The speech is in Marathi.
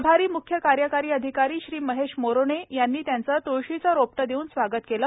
प्रभारी म्ख्य कार्यकारी अधिकारी श्री महेश मोरोणे यांनी त्यांचे त्ळशीचे रोपटे देऊन स्वागत केले